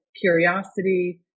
curiosity